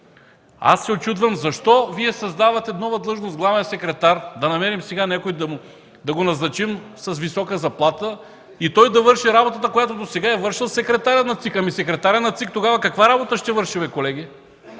Аз се учудвам защо Вие създавате нова длъжност „главен секретар”. Да намерим сега някой, да го назначим с висока заплата и той да върши работата, която досега е вършил секретарят на ЦИК. Ами, секретарят на ЦИК тогава каква работа ще върши, бе, колеги?